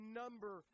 number